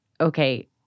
okay